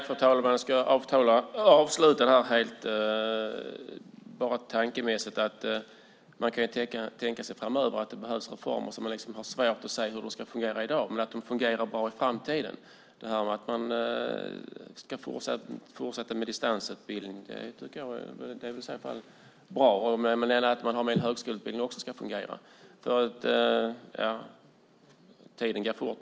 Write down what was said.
Fru talman! Jag ska avsluta detta rent tankemässigt med att man kan tänka sig att det behövs former framöver som man har svårt att se hur de ska fungera i dag men som kommer att fungera bra i framtiden. Jag tycker att det är bra att man ska fortsätta med distansutbildning. Men det ska fungera också med högskoleutbildningen. Tiden går fort.